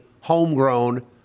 homegrown